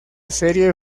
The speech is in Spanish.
serie